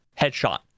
headshot